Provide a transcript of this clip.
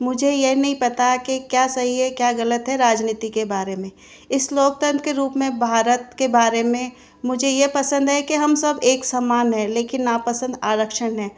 मुझे यह नहीं पता के क्या सही है क्या गलत है राजनीति के बारे में इस लोकतंत्र के रूप में भारत के बारे में मुझे यह पसंद है की हम सब एक समान है लेकिन नापसंद आरक्षण है जो